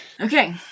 Okay